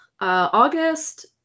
August